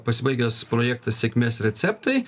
pasibaigęs projektas sėkmės receptai